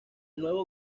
nuevo